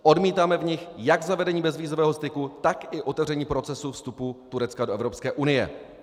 Odmítáme v ní jak zavedení bezvízového styku, tak i otevření procesu vstupu Turecka do Evropské unie.